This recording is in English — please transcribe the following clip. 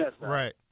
Right